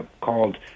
called